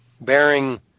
bearing